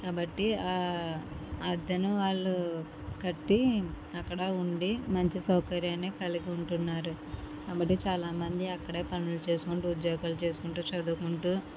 కాబట్టి అతను వాళ్ళు కట్టి అక్కడ ఉండి మంచి సౌకర్యాన్ని కలిగి ఉంటున్నారు కాబట్టి చాలా మంది అక్కడే పనులు చేసుకుంటూ ఉద్యోగాలు చేసుకుంటూ చదువుకుంటూ